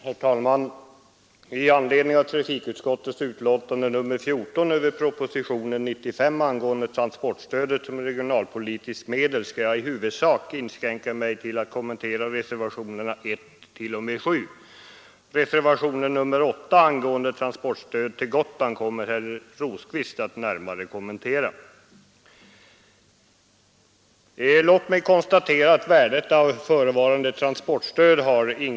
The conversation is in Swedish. Herr talman! I anledning av trafikutskottets betänkande nr 14 över propositionen 95 angående transportstödet som regionalpolitiskt medel skall jag i huvudsak inskränka mig till att kommentera reservationerna 1 t.o.m. 7. Reservationen 8 angående transportstödet till Gotland kommer herr Rosqvist att närmare kommentera. Låt mig konstatera att ingen har ifrågasatt värdet av förevarande transportstöd.